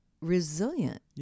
resilient